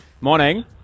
Morning